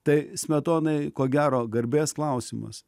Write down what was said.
tai smetonai ko gero garbės klausimas